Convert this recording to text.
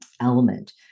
element